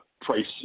price